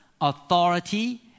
authority